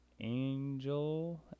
Angel